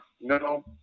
no